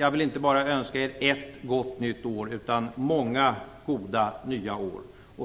Jag vill inte bara önska er ett gott nytt år utan många goda nya år.